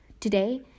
Today